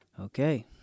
Okay